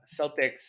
Celtics